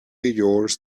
yours